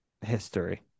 history